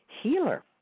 healer